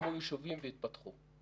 הוקמו יישובים והתפתחו.